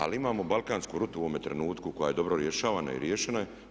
Ali imamo balkansku rutu u ovome trenutku koja je dobro rješavana i riješena je.